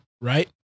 right